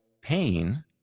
pain